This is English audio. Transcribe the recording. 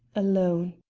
alone.